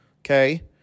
okay